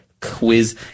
quiz